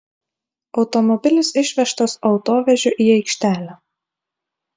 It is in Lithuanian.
automobilis išvežtas autovežiu į aikštelę